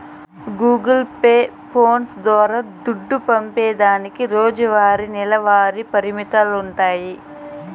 Google pay, phones ద్వారా దుడ్డు పంపేదానికి రోజువారీ, నెలవారీ పరిమితులుండాయి